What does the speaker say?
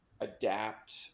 adapt